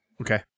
Okay